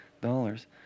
dollars